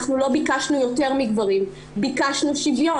אנחנו לא ביקשנו יותר מגברים, ביקשנו שוויון.